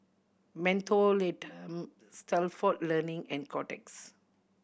Mentholatum Stalford Learning and Kotex